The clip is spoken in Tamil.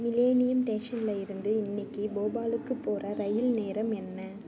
மிலேனியம் ஸ்டேஷன்ல இருந்து இன்னைக்கி போபாலுக்குப் போகிற ரயில் நேரம் என்ன